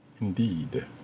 Indeed